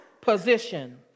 position